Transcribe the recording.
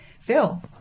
phil